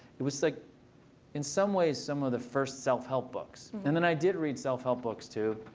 it was like in some ways some of the first self-help books. and then i did read self-help books too.